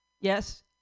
yes